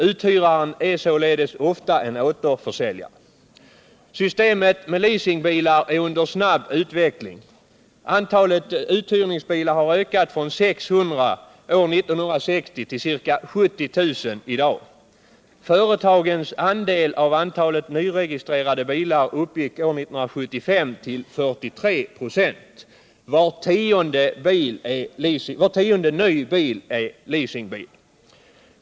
Uthyraren är således ofta en återförsäljare. Systemet med leasingbilar är under snabb utveckling. Antalet uthyrningsbilar har ökat från 600 år 1960 till ca 70 000 i dag. Företagens andel av antalet nyregistrerade bilar uppgick år 1975 till 43 926. Var tionde ny bil är leasingbil.